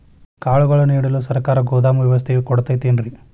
ಕಾಳುಗಳನ್ನುಇಡಲು ಸರಕಾರ ಗೋದಾಮು ವ್ಯವಸ್ಥೆ ಕೊಡತೈತೇನ್ರಿ?